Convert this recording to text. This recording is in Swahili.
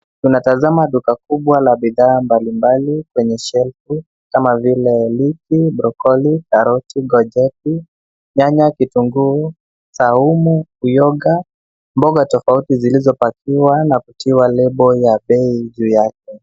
Tunatazama duka kubwa la bidhaa mbalimbali kwenye shelf kama vile lettuce , brocoli ,karoti, gojeti, nyanya, kitunguu saumu, uyoga, mboga tofauti zilizopakiwa na kutiwa lebo ya bei juu yake.